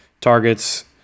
targets